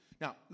Now